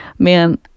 Man